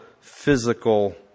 physical